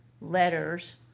letters